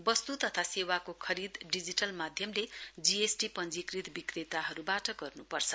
वस्तु तथा सेवाको खरीद डिजिटल माध्यमले जीएसटी पञ्जीकृत विक्रेताहरुवाट गर्नुपर्छ